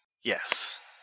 Yes